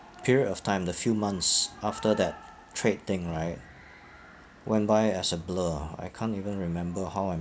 period of time the few months after that trade thing right went by as a blur ah I can't even remember how I